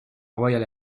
royal